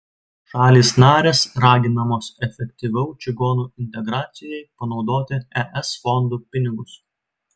šalys narės raginamos efektyviau čigonų integracijai panaudoti es fondų pinigus